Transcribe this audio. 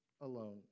alone